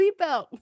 seatbelt